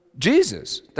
Jesus